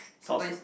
how so